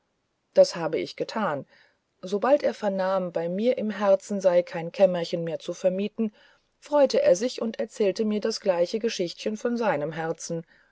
das habe ich getan sobald er vernahm bei mir im herzen sei kein kämmerchen mehr zu vermieten freute er sich und erzählte mir das gleiche geschichtchen von seinem herzen